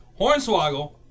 Hornswoggle